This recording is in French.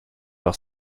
par